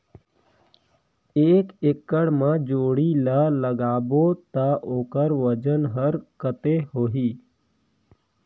एक एकड़ मा जोणी ला लगाबो ता ओकर वजन हर कते होही?